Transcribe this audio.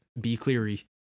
B-Cleary